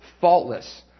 faultless